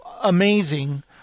amazing